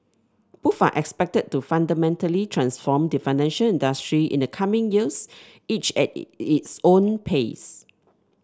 both are expected to fundamentally transform the financial industry in the coming years each at its own pace